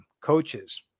coaches